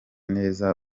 neza